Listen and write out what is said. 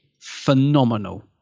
phenomenal